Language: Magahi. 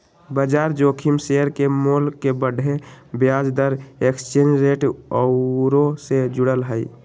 बजार जोखिम शेयर के मोल के बढ़े, ब्याज दर, एक्सचेंज रेट आउरो से जुड़ल हइ